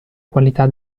qualità